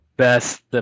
Best